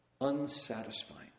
unsatisfying